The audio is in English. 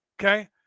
Okay